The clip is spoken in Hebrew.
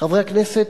חברי הכנסת,